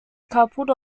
coupled